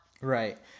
Right